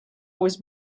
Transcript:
was